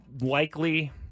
likely